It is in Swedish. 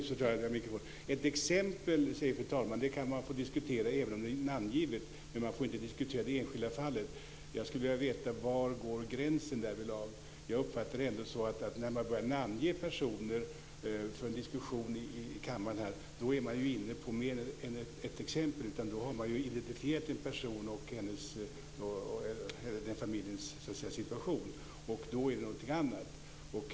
Fru talman! Ett exempel, säger fru talman, kan man få diskutera även om man anger namn, men man får inte diskutera det enskilda fallet. Jag skulle vilja veta: Var går gränsen därvidlag? Jag uppfattar det ändå så att när man börjar namnge personer för en diskussion här i kammaren är man inne på mer än ett exempel. Då har man ju identifierat en person och den familjens situation, och då är det någonting annat.